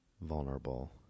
vulnerable